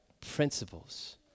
principles